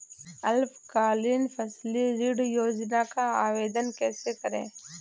अल्पकालीन फसली ऋण योजना का आवेदन कैसे करें?